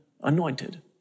anointed